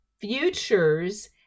futures